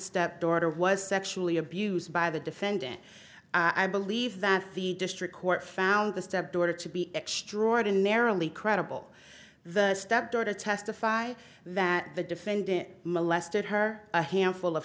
stepdaughter was sexually abused by the defendant i believe that the district court found the stepdaughter to be extraordinarily credible the stepdaughter testify that the defendant molested her a handful of